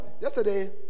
yesterday